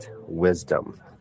wisdom